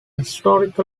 historic